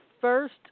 first